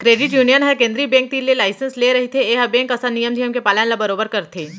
credit union ह केंद्रीय bank तीर ले लाइसेंस ले रहिथे ए ह बेंक असन नियम धियम के पालन ल बरोबर करथे